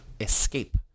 escape